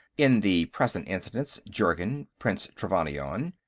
in the present instance jurgen, prince trevannion.